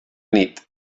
nit